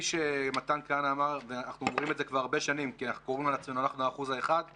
אנחנו רואים שבדרגות מ"פ-מג"ד יש חוסר הבנה של צבא הקבע את אנשי